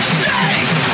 safe